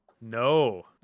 No